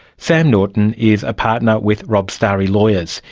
sam norton is a partner with robert stary lawyers.